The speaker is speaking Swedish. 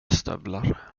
stövlar